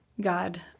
God